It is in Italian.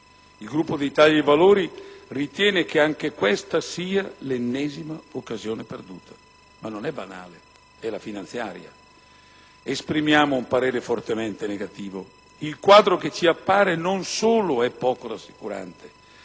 II Gruppo Italia dei Valori ritiene che anche questa sia l'ennesima occasione perduta, ma non è banale, è la finanziaria. Esprimiamo pertanto un parere fortemente negativo. Il quadro che ci appare non solo è poco rassicurante,